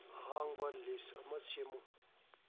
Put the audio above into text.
ꯑꯍꯥꯡꯕ ꯂꯤꯁ ꯑꯃ ꯁꯦꯝꯃꯨ